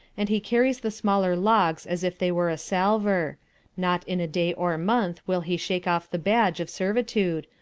and he carries the smaller logs as if they were a salver not in a day or a month will he shake off the badge of servitude,